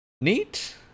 Neat